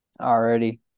already